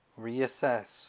Reassess